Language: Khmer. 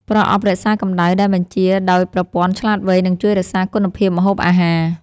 ប្រអប់រក្សាកម្ដៅដែលបញ្ជាដោយប្រព័ន្ធឆ្លាតវៃ នឹងជួយរក្សាគុណភាពម្ហូបអាហារ។